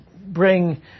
bring